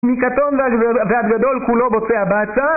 מקטון ועד גדול כולו בוצע בצע